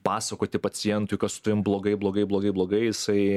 pasakoti pacientui kas su tavim blogai blogai blogai blogai jisai